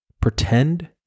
pretend